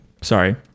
Sorry